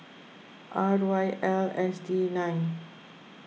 R Y L S D nine